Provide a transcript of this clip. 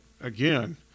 again